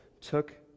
took